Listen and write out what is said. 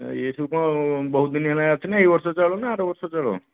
ଆଉ ଏଇ ସବୁ ତ ବହୁତ ଦିନି ହେଲା ଅଛି ନା ଏଇ ବର୍ଷ ଚାଉଳ ନା ଆରବର୍ଷ ଚାଉଳ